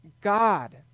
God